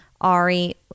Ari